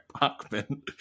Bachman